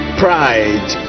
pride